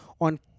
on